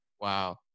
Wow